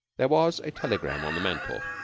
there was a telegram on the mantel.